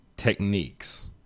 techniques